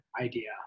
idea